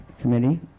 committee